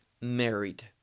married